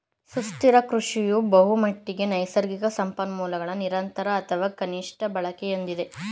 ಸುಸ್ಥಿರ ಕೃಷಿಯು ಬಹುಮಟ್ಟಿಗೆ ನೈಸರ್ಗಿಕ ಸಂಪನ್ಮೂಲಗಳ ನಿರಂತರ ಅಥವಾ ಕನಿಷ್ಠ ಬಳಕೆಯೊಂದಿಗೆ ವ್ಯವಹರಿಸುತ್ತದೆ